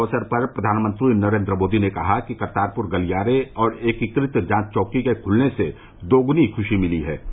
इस अवसर पर प्रधानमंत्री नरेन्द्र मोदी ने कहा है कि करतारपुर गलियारे और एकीकृत जांच चौकी के खुलने से दोगुनी खुशी मिली है